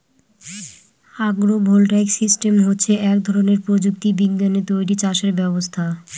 আগ্র voltaic system হচ্ছে এক ধরনের প্রযুক্তি বিজ্ঞানে তৈরী চাষের ব্যবস্থা